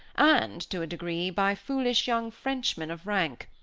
and, to a degree, by foolish young frenchmen of rank.